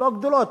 לא גדולות,